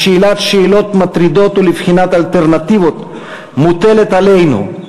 לשאילת שאלות מטרידות ולבחינת אלטרנטיבות מוטלת עלינו,